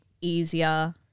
easier